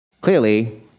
clearly